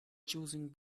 choosing